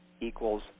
equals